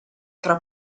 tra